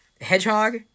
hedgehog